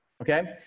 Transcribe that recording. Okay